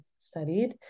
studied